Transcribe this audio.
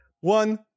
One